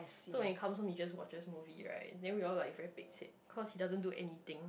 so when he comes home he just watches movie right then we all like very pek chek cause he doesn't do anything